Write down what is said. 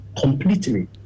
completely